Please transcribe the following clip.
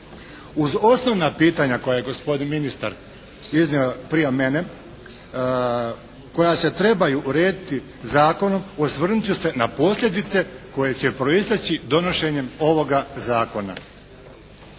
Uz osnovna pitanja koja je gospodin ministar iznio prije mene, koja se trebaju urediti zakonom, osvrnut ću se na posljedice koje će proisteći donošenjem ovoga zakona.